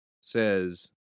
says